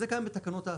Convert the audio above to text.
זה קיים בתקנות ההפעלה.